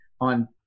on